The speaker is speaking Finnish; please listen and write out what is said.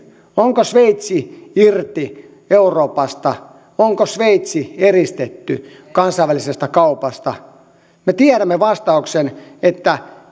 onko sveitsi irti euroopasta onko sveitsi eristetty kansainvälisestä kaupasta me tiedämme vastauksen että